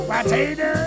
Potato